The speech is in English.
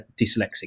dyslexic